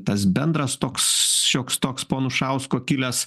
tas bendras toks šioks toks po anušausko kilęs